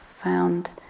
found